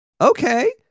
Okay